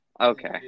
Okay